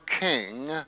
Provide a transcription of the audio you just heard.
king